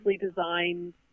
designed